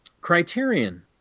criterion